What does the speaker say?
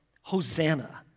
Hosanna